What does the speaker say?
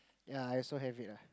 yea I also have it ah